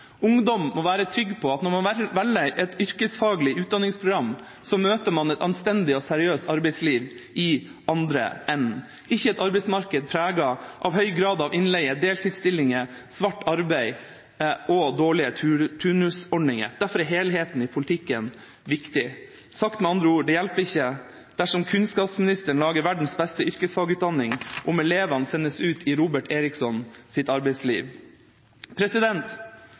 Ungdom må være trygg på at når de velger et yrkesfaglig utdanningsprogram, så møter de et anstendig og seriøst arbeidsliv i andre enden – ikke et arbeidsmarked preget av høy grad av innleie, deltidsstillinger, svart arbeid og dårlige turnusordninger. Derfor er helheten i politikken viktig. Sagt med andre ord: Det hjelper ikke at kunnskapsministeren lager verdens beste yrkesfagutdanning om elevene sendes ut i Robert Erikssons arbeidsliv.